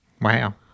Wow